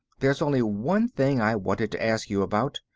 there's only one thing i wanted to ask you about.